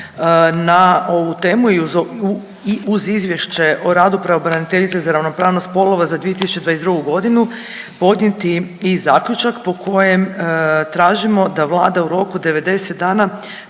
na ovu temu i uz Izvješće o radu pravobraniteljice za ravnopravnost spolova za 2022. godinu podnijeti i zaključak po kojem tražimo da Vlada u roku od 90 dana